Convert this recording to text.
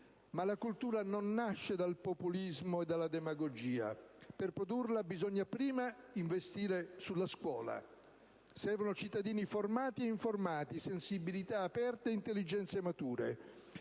ma la cultura non nasce dal populismo e dalla demagogia; per produrla bisogna prima investire sulla scuola: servono cittadini formati e informati, sensibilità aperte e intelligenze mature.